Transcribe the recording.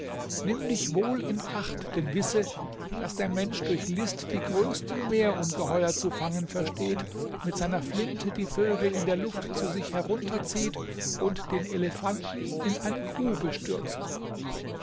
nimm dich wohl in acht denn wisse daß der mensch durch list die größten meerungeheuer zu fangen versteht mit seiner flinte die vögel in der luft zu sich herunterzieht und den elefanten in eine grube stürzt